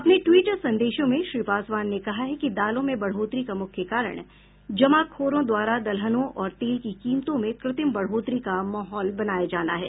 अपने ट्वीट संदेशों में श्री पासवान ने कहा है कि दालों में बढ़ोतरी का मुख्य कारण जमाखोरों द्वारा दलहनों और तेल की कीमतों में कृत्रिम बढ़ोतरी का महौल बनाया जाना है